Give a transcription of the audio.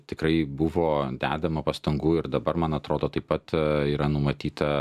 tikrai buvo dedama pastangų ir dabar man atrodo taip pat yra numatyta